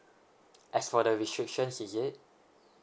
as for the restrictions is it